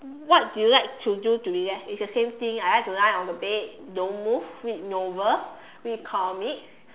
what do you like to do to relax it's the same thing I like to lie on the bed don't move read novel read comics